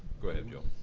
go ahead, joe.